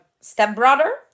stepbrother